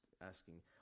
asking